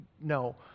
No